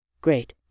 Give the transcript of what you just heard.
Great